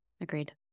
Agreed